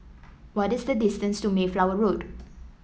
what is the distance to Mayflower Road